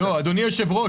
אדוני היושב-ראש,